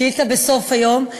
שאילתה בסוף היום,